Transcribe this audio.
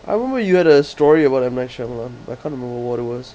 I remember you had a story about M night shyamalan I can't remember what it was